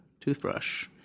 toothbrush